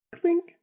Clink